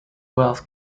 wealth